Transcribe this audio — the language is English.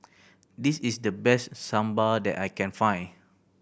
this is the best Sambar that I can find